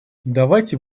давайте